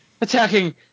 attacking